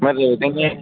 మరి రేటెంత